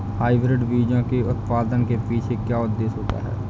Hybrid बीजों के उत्पादन के पीछे क्या उद्देश्य होता है?